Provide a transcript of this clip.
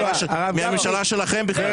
--- מהממשלה שלכם בכלל.